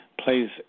plays